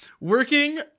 Working